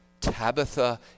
Tabitha